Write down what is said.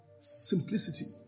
simplicity